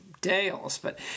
Dales—but